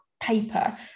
paper